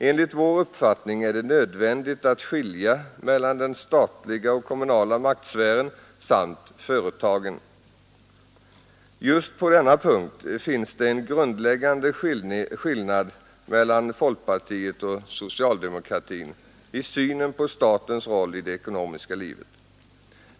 Enligt vår uppfattning är det nödvändigt att skilja mellan den statliga och kommunala maktsfären samt företagen. Just på denna punkt finns det en grundläggande skillnad mellan folkpartiet och socialdemokratin i synen på statens roll i det ekonomiska livet.